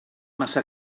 massa